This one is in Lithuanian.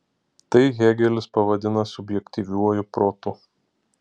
tai hėgelis pavadina subjektyviuoju protu